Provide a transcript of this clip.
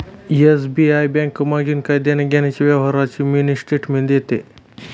SBI bank मागील काही देण्याघेण्याच्या व्यवहारांची मिनी स्टेटमेंट देते